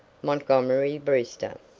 montgomery brewster.